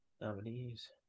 Nominees